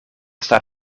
staat